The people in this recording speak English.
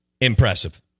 Impressive